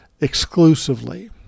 exclusively